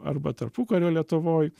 arba tarpukario lietuvoj